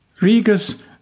Riga's